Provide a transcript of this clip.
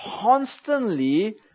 constantly